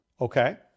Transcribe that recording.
okay